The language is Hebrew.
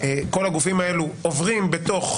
כל הגופים האלו עוברים בתוך